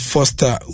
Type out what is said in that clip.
Foster